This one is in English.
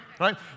right